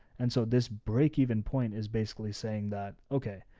and so this break even point is basically saying that, okay,